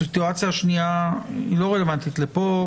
הסיטואציה השנייה היא לא רלבנטית לפה.